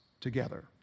together